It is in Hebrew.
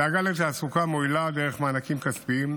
דאגה לתעסוקה מועילה דרך מענקים כספיים,